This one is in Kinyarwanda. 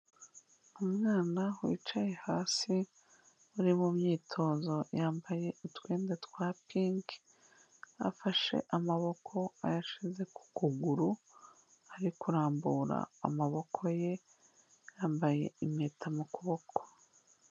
Umwana wicaye hasi uri mu myitozo yambaye utwenda twa pinki, afashe amaboko ayashyize ku kuguru, ari kurambura amaboko ye, yambaye impeta mu kuboko.